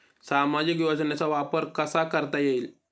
सामाजिक योजनेचा वापर कसा करता येईल?